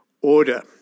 order